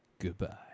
Goodbye